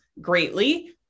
greatly